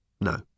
No